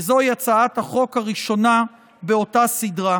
וזוהי הצעת החוק הראשונה באותה סדרה.